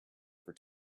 for